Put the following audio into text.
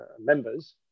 members